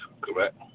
correct